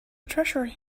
treasure